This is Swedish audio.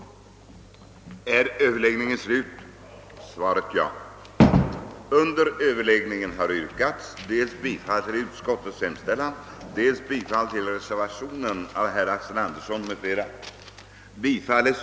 I syfte att motverka att investeringar i maskiner och andra döda inventarier i rörelse, jordbruk och skogsbruk av skattemässiga skäl uppskjuts i avvaktan på att mervärdeskatt införs framläggs i propositionen förslag om särskilt investeringsavdrag vid den statliga inkomsttaxeringen, motsvarande 10 av kostnaden för inventarier som anskaffats under år 1968.